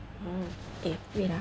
oh eh wait ah